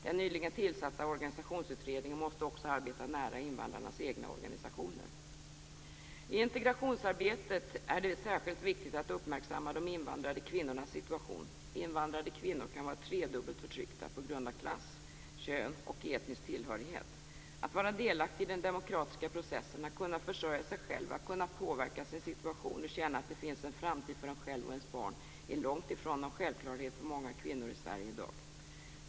Den nyligen tillsatta organisationsutredningen måste också arbeta nära invandrarnas egna organisationer. I integrationsarbetet är det särskilt viktigt att uppmärksamma de invandrade kvinnornas situation. Invandrade kvinnor kan vara tredubbelt förtryckta på grund av klass, kön och etnisk tillhörighet. Att vara delaktig i den demokratiska processen, att kunna försörja sig själv, att kunna påverka sin situation och känna att det finns en framtid för en själv och ens barn är långtifrån någon självklarhet för många kvinnor i Sverige i dag.